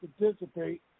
participate